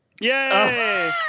yay